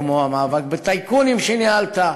כמו המאבק שניהלת בטייקונים.